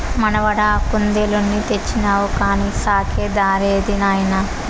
మనవడా కుందేలుని తెచ్చినావు కానీ సాకే దారేది నాయనా